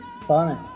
Fine